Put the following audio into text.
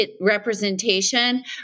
representation